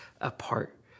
apart